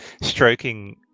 stroking